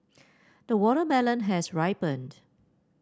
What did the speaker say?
the watermelon has ripened